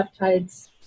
peptides